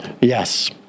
Yes